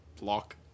block